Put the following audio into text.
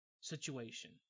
situation